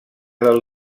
del